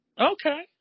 Okay